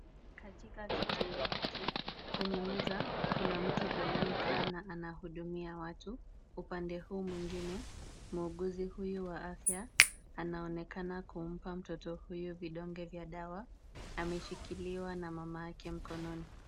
Katika kituo hiki, kwenye meza kuna mtu aliyekaa na ana hudumia watu. Upande huu mwingine muuguzi huyu wa afya ana onekana kumpa mtoto huyu vidonge vya dawa. Ameshikiliwa na mamaake mkononi.